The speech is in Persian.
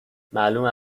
معلومه